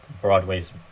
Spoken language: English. Broadway's